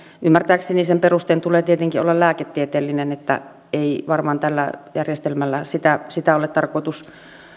ymmärtääkseni sen perusteen tulee tietenkin olla lääketieteellinen eli ei varmaan tällä järjestelmällä sitä sitä ole tarkoitus